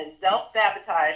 Self-sabotage